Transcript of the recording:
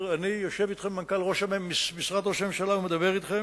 יושב אתכם מנכ"ל משרד ראש הממשלה ומדבר אתכם